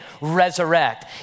resurrect